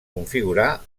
configurar